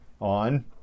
on